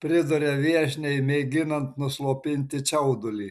priduria viešniai mėginant nuslopinti čiaudulį